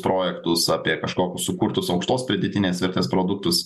projektus apie kažkokį sukurtus aukštos pridėtinės vertės produktus